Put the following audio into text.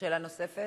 שאלה נוספת.